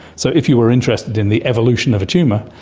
so if you were interested in the evolution of a tumour,